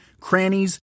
crannies